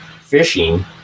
fishing